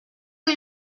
que